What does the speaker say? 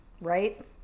Right